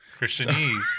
Christianese